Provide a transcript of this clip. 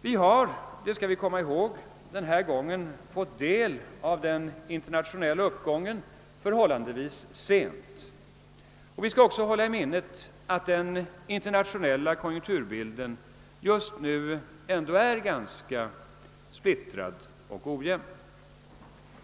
Vi har, det skall vi komma ihåg, denna gång fått del av den internationella uppgången förhållandevis sent, och vi skall också hålla i minnet att den internationella konjunkturbilden just nu är ganska splittrad och ojämn.